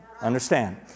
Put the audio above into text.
Understand